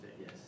Yes